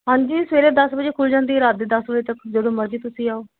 ਹਾਂਜੀ ਸਵੇਰੇ ਦਸ ਵਜੇ ਖੁੱਲ੍ਹ ਜਾਂਦੀ ਹੈ ਰਾਤ ਦੇ ਦਸ ਵਜੇ ਤੱਕ ਜਦੋਂ ਮਰਜੀ ਤੁਸੀਂ ਆਓ